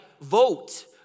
Vote